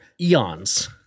eons